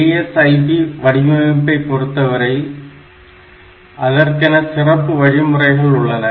ASIP வடிவமைப்பை பொறுத்தவரை அதற்கென சிறப்பு வழிமுறைகள் உள்ளன